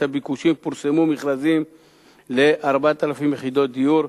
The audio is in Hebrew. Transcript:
הביקושים פורסמו מכרזים ל-4,000 יחידות דיור,